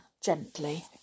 gently